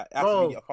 bro